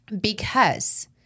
because-